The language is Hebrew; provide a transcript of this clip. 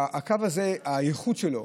הקו הזה, הייחוד שלו